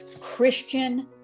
Christian